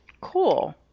cool